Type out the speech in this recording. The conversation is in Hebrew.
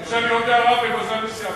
תרשה לי עוד הערה ובזה אני סיימתי.